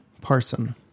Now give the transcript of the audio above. parson